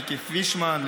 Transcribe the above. מיקי פישמן,